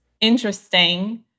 interesting